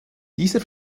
dieser